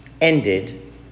ended